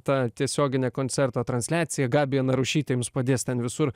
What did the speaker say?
tą tiesioginę koncerto transliaciją gabija narušytė jums padės ten visur